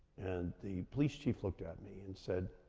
and the police chief looked at me and said,